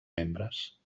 membres